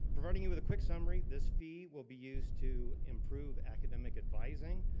providing you with a quick summary, this fee will be used to improve academic advising,